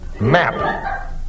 Map